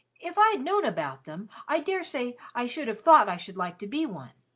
if i'd known about them, i dare say i should have thought i should like to be one.